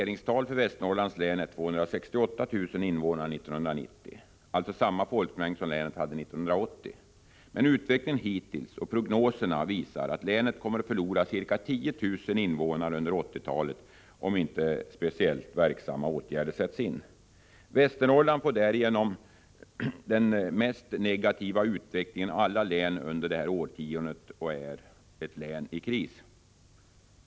invånare 1990, alltså samma folkmängd som länet hade 1980. Men utvecklingen hittills och prognoserna visar att länet kommer att förlora ca 10 000 invånare under 1980-talet, om inte speciellt verksamma åtgärder sätts in. Västernorrland får därigenom den mest negativa utvecklingen av alla län under detta årtionde och är ett län i kris.